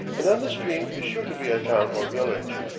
and on the stream is sure to be a town or village.